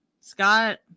Scott